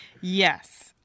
Yes